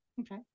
Okay